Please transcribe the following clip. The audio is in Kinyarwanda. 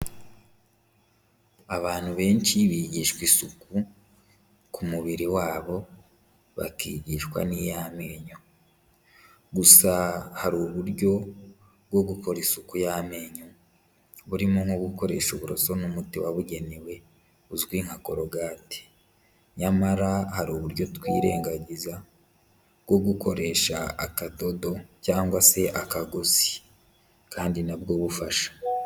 Abantu benshi bigishwa isuku ku mubiri wabo, bakigishwa n'iy'amenyo, gusa hari uburyo bwo gukora isuku y'amenyo, burimo nko gukoresha uburoso n'umuti wabugenewe uzwi nka corogate, nyamara hari uburyo twirengagiza bwo gukoresha akadodo cyangwase akagozi kandi nabwo bufasha.